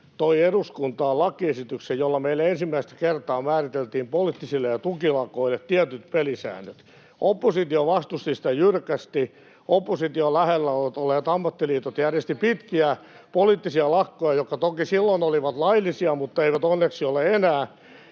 toi eduskuntaan lakiesityksen, jolla meillä ensimmäistä kertaa määriteltiin poliittisille ja tukilakoille tietyt pelisäännöt. Oppositio vastusti sitä jyrkästi. Oppositiota lähellä olevat ammattiliitot järjestivät pitkiä poliittisia lakkoja, jotka toki silloin olivat laillisia mutta eivät onneksi ole enää.